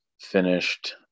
finished